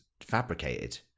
fabricated